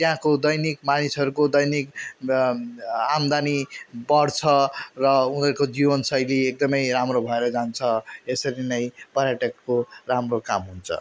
त्यहाँको दैनिक मानिसहरूको दैनिक ब आम्दानी बढ्छ र उनीहरूको जीवनशैली एकदमै राम्रो भएर जान्छ यसरी नै पर्यटकको राम्रो काम हुन्छ